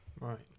Right